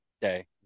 day